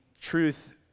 truth